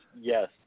yes